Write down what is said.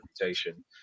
reputation